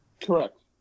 Correct